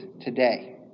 today